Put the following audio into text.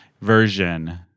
version